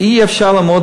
אי-אפשר לעמוד